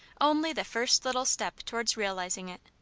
only the first little step towards realizing it.